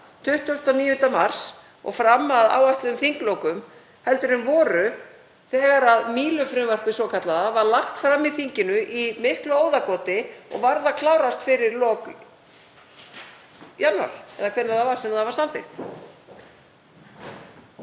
29. mars og fram að áætluðum þinglokum en var þegar Mílufrumvarpið svokallaða var lagt fram í þinginu í miklu óðagoti og varð að klárast fyrir lok janúar eða hvenær það var sem það var samþykkt.